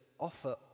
Offer